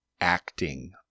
acting